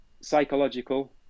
psychological